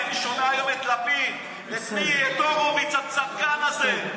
אני שומע היום את לפיד מסביר ואת הורוביץ הצדקן הזה,